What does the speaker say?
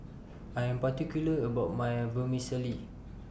I Am particular about My Vermicelli